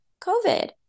COVID